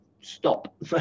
stop